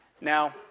Now